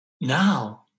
Now